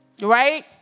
Right